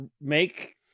make